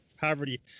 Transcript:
poverty